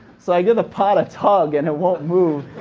so i give the pot a tug and it won't move.